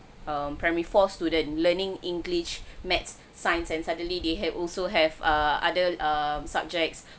um primary four student learning english maths science and suddenly they have also have uh other um subjects